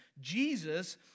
Jesus